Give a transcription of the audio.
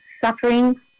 suffering